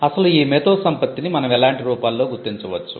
అసలు ఈ మేదోసంపత్తిని మనం ఎలాంటి రూపాల్లో గుర్తించవచ్చు